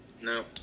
No